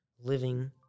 living